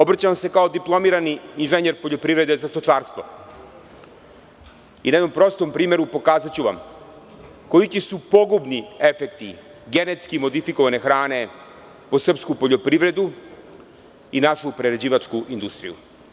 Obraćam se kao diplomirani inženjer poljoprivrede za stočarstvo i na jednom prostom primeru pokazaću vam koliki su pogubni efekti GMO hrane po srpsku poljoprivredu i našu prerađivačku industriju.